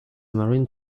marine